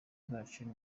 bwacu